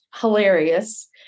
hilarious